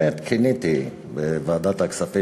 ובאמת קינאתי בוועדת הכספים,